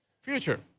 Future